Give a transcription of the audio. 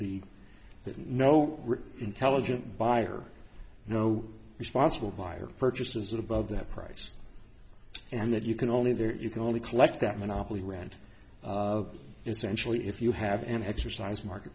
the no intelligent buyer no responsible buyer purchases above that price and that you can only there you can only collect that monopoly rant essentially if you have an exercise market